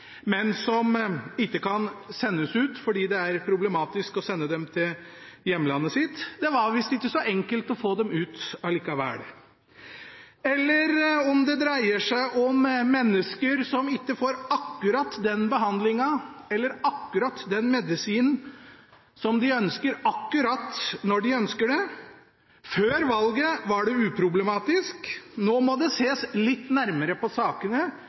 men som ikke kan sendes ut fordi det er problematisk å sende dem til hjemlandet sitt – det var visst ikke så enkelt å få dem ut likevel. Slik er det om det dreier seg om mennesker som ikke får akkurat den behandlingen, eller akkurat den medisinen som de ønsker akkurat når de ønsker det. Før valget var det uproblematisk, nå må det ses litt nærmere på sakene